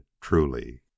truly